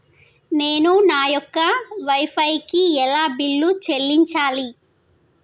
నేను నా యొక్క వై ఫై కి ఎలా బిల్లు చెల్లించాలి?